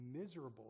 miserable